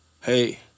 hey